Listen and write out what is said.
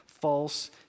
false